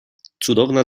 cudowna